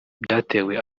byatewe